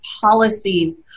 policies